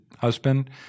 husband